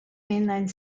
mainline